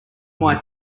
white